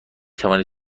توانید